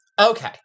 Okay